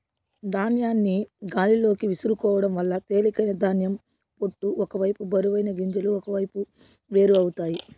ధాన్యాన్ని గాలిలోకి విసురుకోవడం వల్ల తేలికైన ధాన్యం పొట్టు ఒక వైపు బరువైన గింజలు ఒకవైపు వేరు అవుతాయి